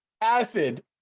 acid